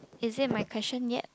it is my question yet